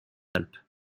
alpes